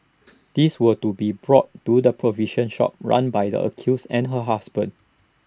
these were to be brought to the provision shop run by the accused and her husband